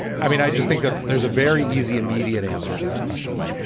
i mean, i just think that there's a very easy immediate answer to this question,